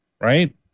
Right